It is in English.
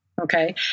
Okay